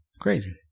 Crazy